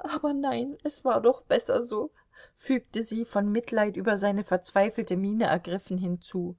aber nein es war doch besser so fügte sie von mitleid über seine verzweifelte miene ergriffen hinzu